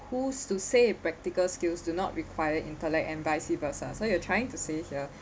who's to say practical skills do not require intellect and vice versa so you're trying to say here